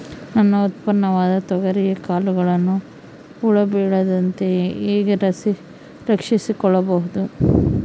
ನನ್ನ ಉತ್ಪನ್ನವಾದ ತೊಗರಿಯ ಕಾಳುಗಳನ್ನು ಹುಳ ಬೇಳದಂತೆ ಹೇಗೆ ರಕ್ಷಿಸಿಕೊಳ್ಳಬಹುದು?